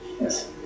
Yes